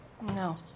No